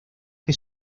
que